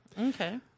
Okay